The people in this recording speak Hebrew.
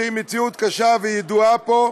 שהיא מציאות קשה וידועה פה,